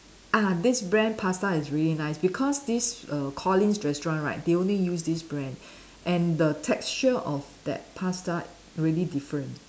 ah this brand pasta is really nice because this err Collin's restaurant right they only use this brand and the texture of that pasta really different